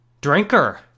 drinker